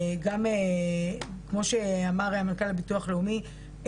גם כמו שאמר המנכ"ל לביטוח לאומי,